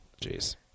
Jeez